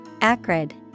Acrid